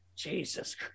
Jesus